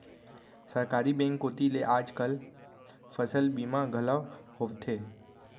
सहकारी बेंक कोती ले आज काल फसल बीमा घलौ होवथे